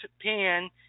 pan